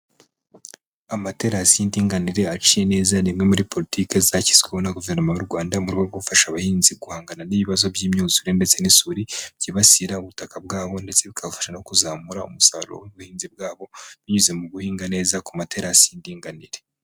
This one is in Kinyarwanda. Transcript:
Amaterasi y'inganire aciye neza, ni imwe muri politiki zashyizweho na guverinoma y'u Rwanda, mu rwego rwo gufasha abahinzi guhangana n'ibibazo by'imyuzure ndetse n'isuri, byibasira ubutaka bwabo, ndetse bukabafasha no kuzamura umusaruro w'ubuhinzi bwabo, binyuze mu guhinga neza ku materasi y'indinganire.